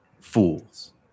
fools